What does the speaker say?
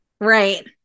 Right